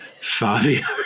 Fabio